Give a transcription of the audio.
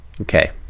Okay